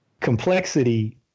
complexity